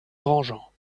grandjean